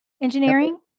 Engineering